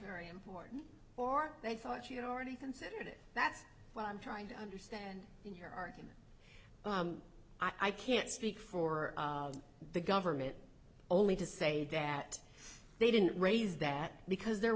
very important or they thought she had already considered it that's what i'm trying to understand in her argument i can't speak for the government only to say that they didn't raise that because there